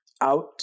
out